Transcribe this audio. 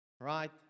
right